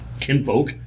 kinfolk